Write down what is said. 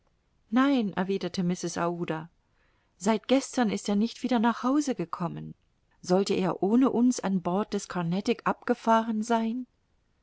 nein erwiderte mrs aouda seit gestern ist er nicht wieder nach hause gekommen sollte er ohne uns an bord des carnatic abgefahren sein